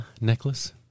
necklace